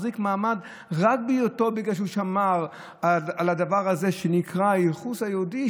מחזיק מעמד רק בגלל שהוא שמר על הדבר הזה שנקרא הייחוס היהודי,